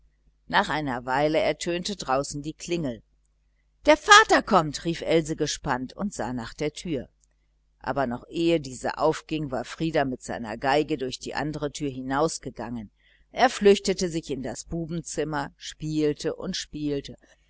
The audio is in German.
nach einer weile draußen die klingel ertönte sah man ihr schon wieder die angst für den bruder an der vater kommt rief sie und sah gespannt nach der türe aber ehe diese aufging war frieder mit seiner violine durch die andere türe hinausgegangen und nun flüchtete er sich in das bubenzimmer und spielte und spielte